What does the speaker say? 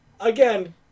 again